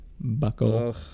buckle